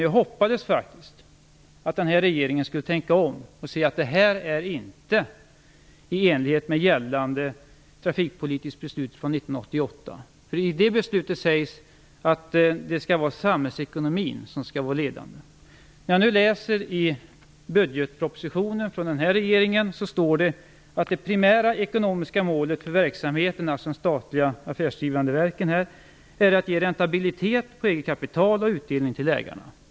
Jag hoppades faktiskt att den nuvarande regeringen skulle tänka om och säga att detta inte är i enlighet med gällande trafikpolitiska beslut från 1988. I det beslutet sägs att samhällsekonomin skall vara avgörande. I budgetpropositionen från den nuvarande regeringen står det att det primära ekonomiska målet för verksamheterna, dvs. de statliga affärsdrivande verken, är att ge räntabilitet på eget kapital och utdelning till ägarna, punkt slut.